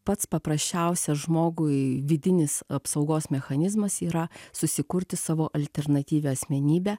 pats paprasčiausias žmogui vidinis apsaugos mechanizmas yra susikurti savo alternatyvią asmenybę